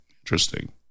Interesting